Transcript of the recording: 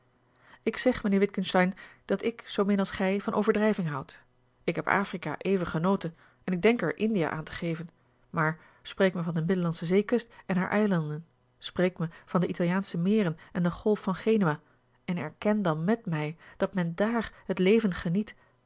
ik zeg mijnheer witgensteyn dat ik zoomin als gij van overdrijving houd ik heb afrika even genoten en ik denk er indië aan te geven maar spreek me van de middellandsche zeekust en hare eilanden spreek me van de italiaansche meren en de golf van genua en erken dan met mij dat men dààr het leven geniet